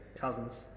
Cousins